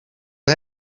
tot